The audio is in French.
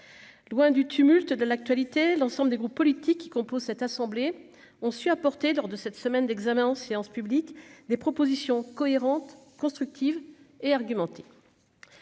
loin du tumulte de l'actualité, l'ensemble des groupes politiques qui composent cette assemblée ont su apporter lors de cette semaine d'examen en séance publique des propositions cohérentes, constructives et argumentées.